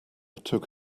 took